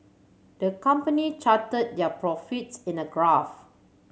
the company charted their profits in a graph